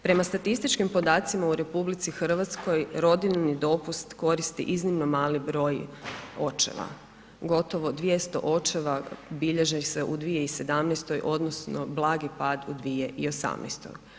Prema statističkim podacima u RH rodiljni dopust koristi iznimno mali broj očeva, gotovo 200 očeva bilježi ih se u 2017. odnosno blagi pad u 2018.